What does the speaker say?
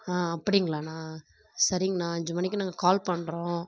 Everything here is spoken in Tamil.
ஆ அப்படிங்களாண்ணா சரிங்கணா அஞ்சு மணிக்கு நாங்கள் கால் பண்ணுறோம்